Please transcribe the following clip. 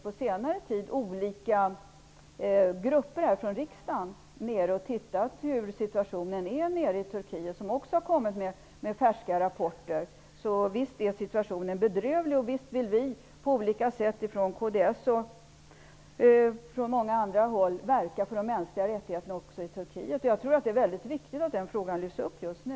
På senare tid har olika grupper från riksdagen varit i Turkiet och sett hur situationen är. De har också kommit med färska rapporter. Visst är situationen bedrövlig, och visst vill vi i kds och många andra på olika sätt verka för de mänskliga rättigheterna också i Turkiet. Det är viktigt att denna fråga lyfts fram just nu.